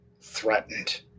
threatened